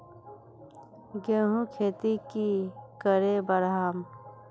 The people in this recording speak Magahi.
गेंहू खेती की करे बढ़ाम?